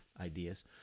ideas